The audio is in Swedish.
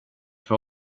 för